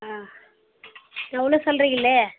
ஆ இவ்வளோ சொல்கிறிங்களே